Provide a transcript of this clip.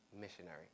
missionary